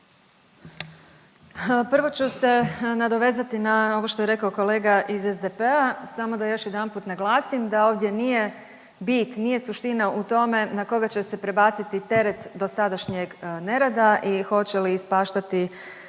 Prvo ću se nadovezati na ovo što je rekao kolega iz SDP-a, samo da još jedanput naglasim da ovdje nije bit, nije suština u tome na koga će se prebaciti teret dosadašnjeg nerada i hoće li ispaštati